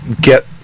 get